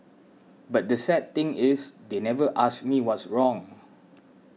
but the sad thing is they never asked me what's wrong